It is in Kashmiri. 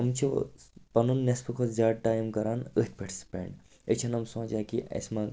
یِم چھِ پَنُن نٮ۪صبہٕ کھۄتہٕ زیادٕ ٹایم کَران أتھۍ پٮ۪ٹھ سُپٮ۪نٛڈ أسۍ چھِ نہٕ یِم سونٛچان کہِ اَسہِ ما